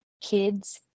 kids